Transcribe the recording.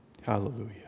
hallelujah